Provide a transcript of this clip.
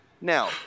now